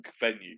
venue